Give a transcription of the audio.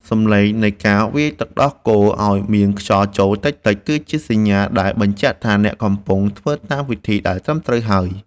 សម្លេងនៃការវាយទឹកដោះគោឱ្យមានខ្យល់ចូលតិចៗ គឺជាសញ្ញាដែលបញ្ជាក់ថាអ្នកកំពុងធ្វើតាមវិធីដែលត្រឹមត្រូវហើយ។